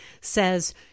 says